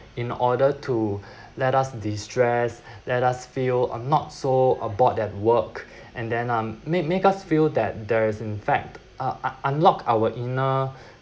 in order to let us destress let us feel uh not so uh bored at work and then um make make us feel that there is in fact uh un~ unlock our inner